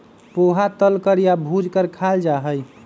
पोहा तल कर या भूज कर खाल जा हई